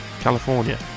California